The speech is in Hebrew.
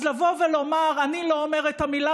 אז לבוא ולומר: אני לא אומר את המילה,